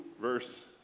verse